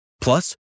Plus